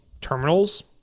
terminals